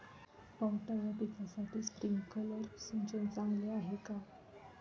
पावटा या पिकासाठी स्प्रिंकलर सिंचन चांगले आहे का?